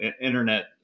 Internet